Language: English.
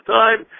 time